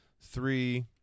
three